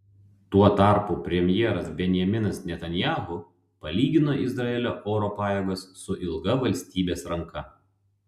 tuo tarpu premjeras benjaminas netanyahu palygino izraelio oro pajėgas su ilga valstybės ranka